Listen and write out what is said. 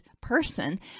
person